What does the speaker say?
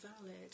valid